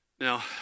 Now